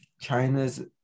China's